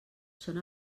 són